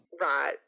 Right